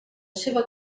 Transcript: seva